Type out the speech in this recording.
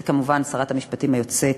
זה כמובן לשרת המשפטים היוצאת,